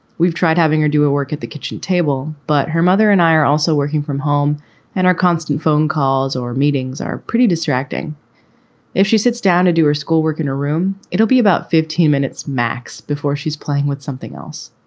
we've tried having her do homework at the kitchen table, but her mother and i are also working from home and our constant phone calls or meetings are pretty distracting if she sits down to do her schoolwork in her room. it'll be about fifteen minutes max before she's playing with something else.